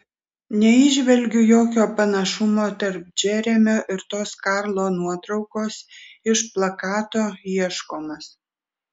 neįžvelgiu jokio panašumo tarp džeremio ir tos karlo nuotraukos iš plakato ieškomas